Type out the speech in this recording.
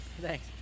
Thanks